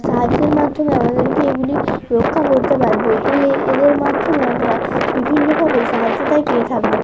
সাহায্যের মাধ্যমে আমাদেরকে এগুলি রক্ষা করতে পারবে এই এদের মাধ্যমে আমরা বিভিন্নভাবে সাহায্যটাই পেয়ে থাকব